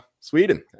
Sweden